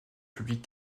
publiques